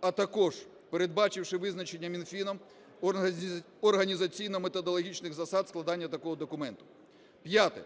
а також передбачивши визначення Мінфіном організаційно-методологічних засад складання такого документу. П'яте.